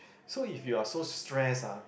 so if you are so stressed ah